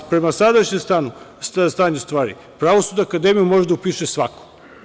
A prema sadašnjem stanju stvari, Pravosudnu akademiju može da upiše svako.